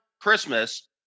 Christmas –